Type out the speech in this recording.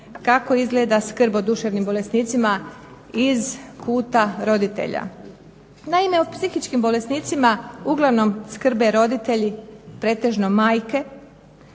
kako izgleda skrb o duševnim bolesnicima iz kuta roditelja. Naime, o psihičkim bolesnicima uglavnom skrbe roditelji, pretežno majke.